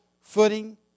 footing